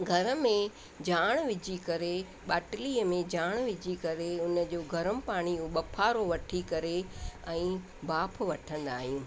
घर में ॼाण विझी करे बाटलीअ में ॼाण विझी करे उन जो गरम पाणी भफारो वठी करे ऐं भाप वठंदा आहियूं